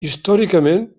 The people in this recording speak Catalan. històricament